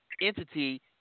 entity